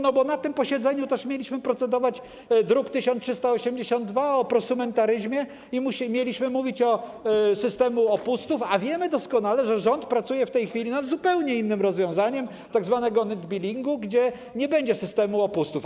Na tym posiedzeniu też mieliśmy procedować nad drukiem nr 1382 o prosumentaryzmie i mieliśmy mówić o systemie opustów, a wiemy doskonale, że rząd pracuje w tej chwili nad zupełnie innym rozwiązaniem, nad tzw. net billingiem, gdzie nie będzie systemu opustów.